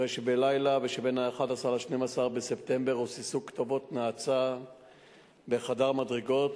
הרי שבלילה שבין 11 ל-12 בספטמבר רוססו כתובות נאצה בחדר מדרגות